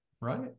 right